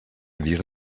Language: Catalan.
dir